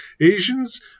Asians